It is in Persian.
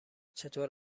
چطور